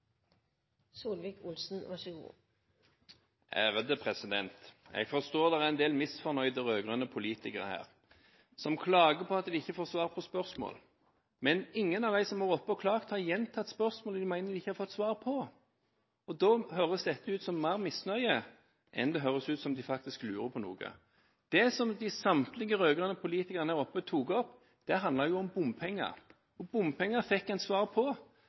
en del misfornøyde rød-grønne politikere her, som klager på at de ikke får svar på spørsmål. Men ingen av dem som har vært oppe og klaget, har gjentatt spørsmålet de mener de ikke har fått svar på, og da høres dette mer ut som misnøye enn at de faktisk lurer på noe. Det som samtlige av de rød-grønne politikerne her oppe tok opp, handlet om bompenger, og bompenger fikk en svar på,